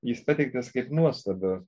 jis pateiktas kaip nuostaba